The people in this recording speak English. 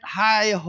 high